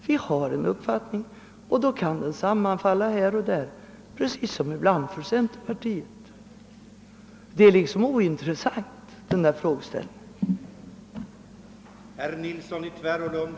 Vi har en uppfattning, och den kan ibland sammanfalla med uppfattningen inom andra partier — på samma sätt som fallet kan vara inom centerpartiet. Frågeställningen varför vi inte alltid har samma uppfattning som centerpartiet är liksom ointressant.